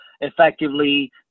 effectively